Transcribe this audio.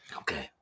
Okay